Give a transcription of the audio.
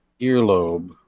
earlobe